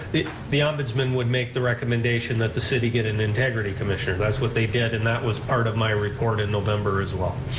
the the ombudsman would make the recommendation that the city get an integrity commissioner, that's what they did and that was part of my report in november, as well.